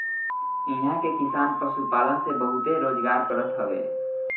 इहां के किसान पशुपालन से बहुते रोजगार करत हवे